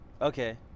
Okay